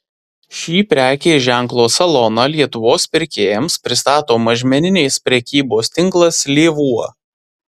šį prekės ženklo saloną lietuvos pirkėjams pristato mažmeninės prekybos tinklas lėvuo